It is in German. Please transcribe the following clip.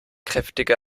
kräftige